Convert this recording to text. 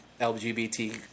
LGBT